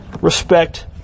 respect